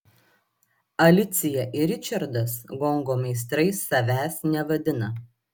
alicija ir ričardas gongo meistrais savęs nevadina